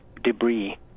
debris